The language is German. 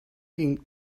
ging